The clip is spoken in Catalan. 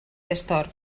destorb